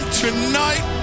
tonight